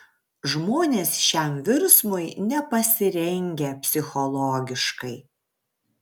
žmonės šiam virsmui nepasirengę psichologiškai